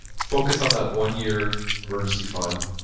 focus on that one-year emergency fund,